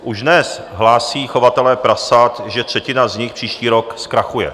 Už dnes hlásí chovatelé prasat, že třetina z nich příští rok zkrachuje.